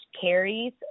Carrie's